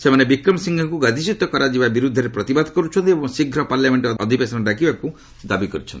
ସେମାନେ ବିକ୍ରମ ସିଂଘେଙ୍କୁ ଗାଦିଚ୍ୟୁତ କରିଯିବାର ବିରୁଦ୍ଧରେ ପ୍ରତିବାଦ କରୁଛନ୍ତି ଏବଂ ଶୀଘ୍ର ପାର୍ଲାମେଷ୍ଟ ଅଧିବେଶନ ଡାକିବାକୁ ଦାବି କର୍ତ୍ଥନ୍ତି